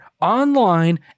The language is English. online